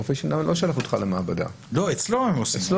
רופא שיניים לא שולח אותך למעבדה, הוא עושה אצלו.